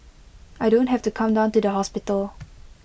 I don't have to come down to the hospital